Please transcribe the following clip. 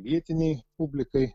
vietinei publikai